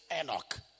Enoch